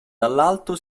dall’alto